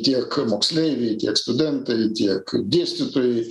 tiek moksleiviai tiek studentai tiek dėstytojai